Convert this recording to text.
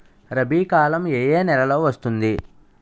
రబీ కాలం ఏ ఏ నెలలో వస్తుంది?